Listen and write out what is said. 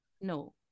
No